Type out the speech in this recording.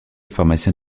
pharmacien